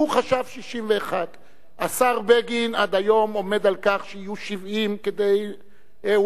הוא חשב 61. השר בגין עד היום עומד על כך שיהיו 70. הוא